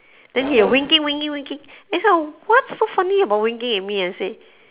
then he winking winking winking then what's so funny about winking at me I say